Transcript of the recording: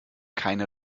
keine